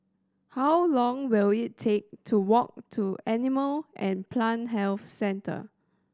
how long will it take to walk to Animal and Plant Health Centre